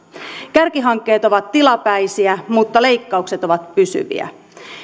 kärkihankkeet ovat tilapäisiä mutta leikkaukset ovat pysyviä